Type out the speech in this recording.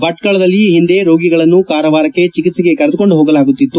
ಭಟ್ಟಳದಲ್ಲಿ ಈ ಹಿಂದೆ ರೋಗಿಗಳನ್ನು ಕಾರವಾರಕ್ಕೆ ಚಿಕಿತ್ಸೆಗಾಗಿ ಕರೆದುಕೊಂಡು ಹೋಗಲಾಗುತ್ತಿತ್ತು